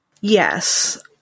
Yes